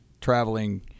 traveling